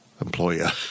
Employer